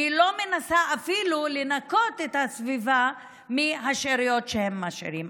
והיא לא מנסה אפילו לנקות את הסביבה מהשאריות שהם משאירים.